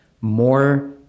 more